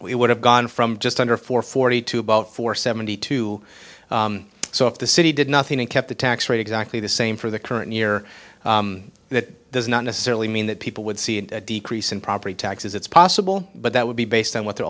we would have gone from just under four forty to about four seventy two so if the city did nothing and kept the tax rate exactly the same for the current year that does not necessarily mean that people would see a decrease in property taxes it's possible but that would be based on what the